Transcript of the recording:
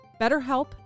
BetterHelp